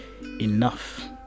enough